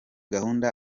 gahungu